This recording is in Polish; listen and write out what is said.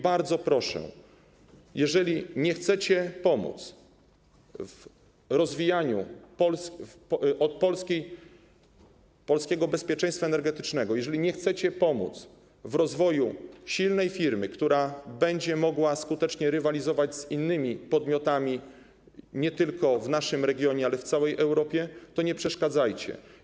Bardzo proszę, jeżeli nie chcecie pomóc w rozwijaniu polskiego bezpieczeństwa energetycznego, jeżeli nie chcecie pomóc w rozwoju silnej firmy, która będzie mogła skutecznie rywalizować z innymi podmiotami, nie tylko w naszym regionie, ale w całej Europie, to nie przeszkadzajcie.